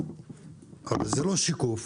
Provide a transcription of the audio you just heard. הרי זה לא שיקוף,